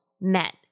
met